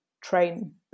train